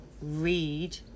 read